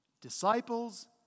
Disciples